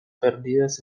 perdidas